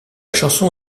chanson